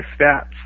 stats